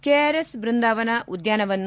KRS Brindavan ಉದ್ಯಾನವನ್ನು